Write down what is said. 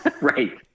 Right